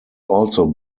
also